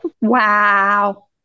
Wow